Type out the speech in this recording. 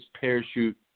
parachute